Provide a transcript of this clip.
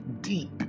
deep